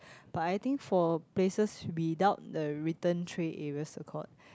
but I think for places without the return tray areas accord